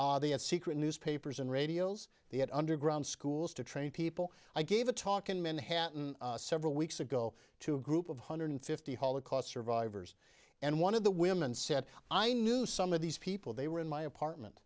had secret newspapers and radio they had underground schools to train people i gave a talk in manhattan several weeks ago to a group of hundred fifty holocaust survivors and one of the women said i knew some of these people they were in my apartment